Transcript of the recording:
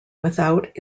without